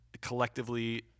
collectively